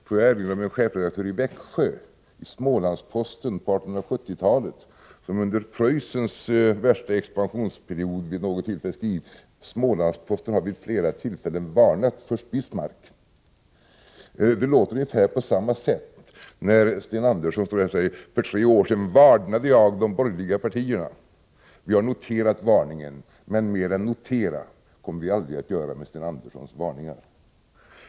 Får jag erinra om en chefsredaktör i Växjö, för Smålandsposten, på 1870-talet, som under Preussens värsta expansionsperiod vid något tillfälle skrev: Smålandsposten har vid flera tillfällen varnat för Bismarck. Det låter ungefär på samma sätt, när Sten Andersson säger: För tre år sedan varnade jag de borgerliga partierna. — Vi har noterat varningen, men mer än notera kommer vi aldrig att göra med Sten Anderssons varningar.